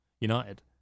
United